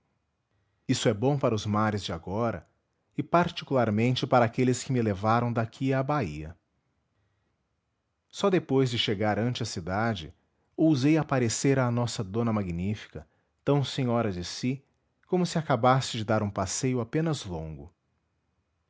isso é bom para os mares de agora e particularmente para aqueles que me levaram daqui à bahia só depois de chegar ante a cidade ousei aparecer à nossa dona magnífica tão senhora de si como se acabasse de dar um passeio apenas longo